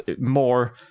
more